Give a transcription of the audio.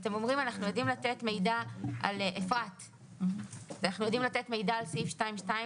אתם אומרים: אנחנו יודעים לתת מידע על סעיף 2(2),